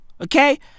okay